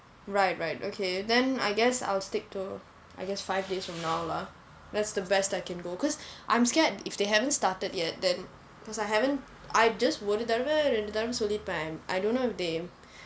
right right okay then I guess I'll stick to I guess five days from now lah that's the best I can go because I'm scared if they haven't started yet then because I haven't I just ஒரு தடவை எடுத்தாலும் சொல்லிருப்பேன்:oru thadavi eduthaalum sollirupen I don't know if they